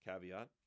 caveat